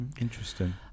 Interesting